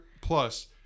plus